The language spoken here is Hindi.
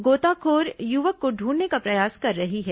गोताखोर युवक को ढूंढने का प्रयास कर रही है